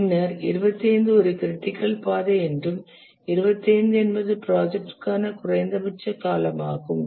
பின்னர் 25 ஒரு க்ரிட்டிக்கல் பாதை என்றும் 25 என்பது ப்ராஜெக்டிற்கான குறைந்தபட்ச காலமாகும்